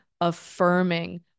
affirming